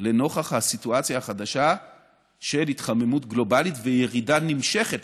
לנוכח הסיטואציה החדשה של התחממות גלובלית וירידה נמשכת,